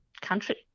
country